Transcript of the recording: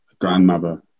grandmother